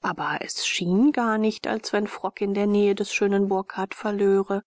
aber es schien gar nicht als wenn frock in der nähe des schönen burkhardt verlöre